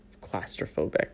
claustrophobic